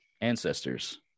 ancestors